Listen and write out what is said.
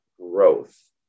growth